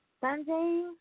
Sunday